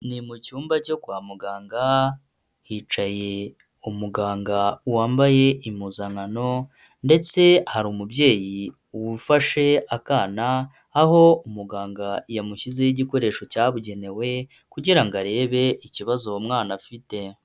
Ni mu cyumba cyo kwa muganga hicaye umuganga wambaye impuzankano ndetse hari umubyeyi ufashe akana aho umuganga yamushyizeho igikoresho cyabugenewe kugira arebe ikibazo uwo mwana afite.